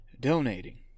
donating